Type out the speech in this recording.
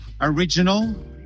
original